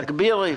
נכון.